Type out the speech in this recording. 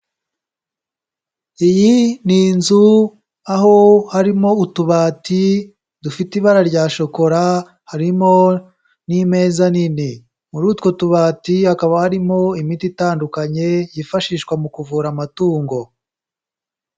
Iyi ni inzu aho harimo utubati dufite ibara rya shokora, harimo n'imeza nini, muri utwo tubati hakaba harimo imiti itandukanye yifashishwa mu kuvura amatungo.